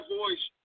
voice